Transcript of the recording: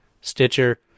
Stitcher